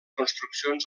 construccions